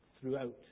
throughout